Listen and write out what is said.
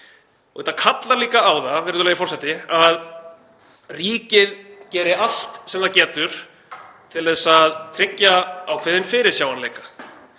Þetta kallar líka á það, virðulegi forseti, að ríkið geri allt sem það getur til að tryggja ákveðinn fyrirsjáanleika,